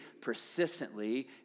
persistently